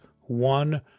one